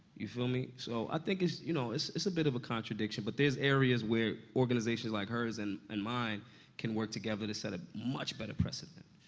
you feel me? so i think it's you know, it's it's a bit of a contradiction, but there's areas where organizations like hers and and mine can work together to set a much better precedent.